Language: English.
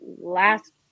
last